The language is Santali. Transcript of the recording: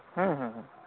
ᱦᱮᱸ ᱦᱮᱸ